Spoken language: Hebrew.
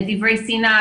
דברי שנאה,